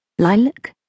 Lilac